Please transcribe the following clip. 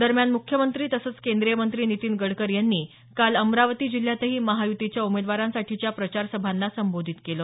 दरम्यान मुख्यमंत्री तसंच केंद्रीय मंत्री नितीन गडकरी यांनी काल अमरावती जिल्ह्यातही महायुतीच्या उमेदवारांसाठीच्या प्रचारसभाना संबोधित केलं